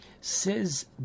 Says